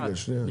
שלהם.